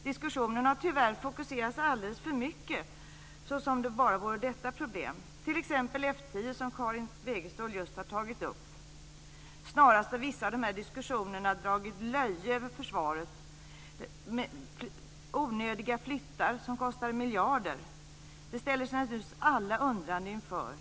Diskussionen har tyvärr fokuserats alldeles för mycket på detta problem, som om det vore det enda. Karin Wegestål har t.ex. just tagit upp F 10. Vissa av dessa diskussioner har snarast dragit löje över försvaret, med onödiga flyttar som kostar miljarder. Det ställer sig naturligtvis alla undrande inför.